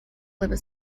liver